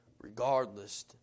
regardless